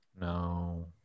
No